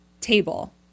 table